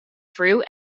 through